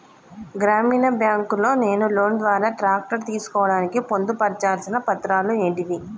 గ్రామీణ బ్యాంక్ లో నేను లోన్ ద్వారా ట్రాక్టర్ తీసుకోవడానికి పొందు పర్చాల్సిన పత్రాలు ఏంటివి?